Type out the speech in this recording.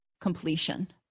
completion